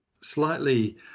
slightly